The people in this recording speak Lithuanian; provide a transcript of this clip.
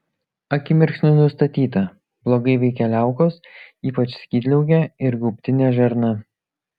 akimirksniu nustatyta blogai veikia liaukos ypač skydliaukė ir gaubtinė žarna